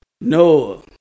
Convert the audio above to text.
Noah